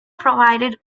provided